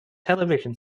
television